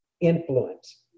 influence